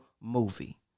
movie